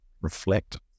reflect